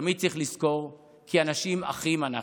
תמיד צריך לזכור כי אנשים אחים אנחנו,